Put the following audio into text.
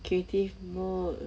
creative mode